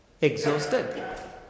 Exhausted